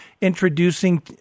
introducing